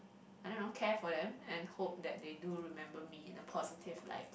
I don't know care for them and hope that they do remember me a positive light